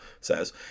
says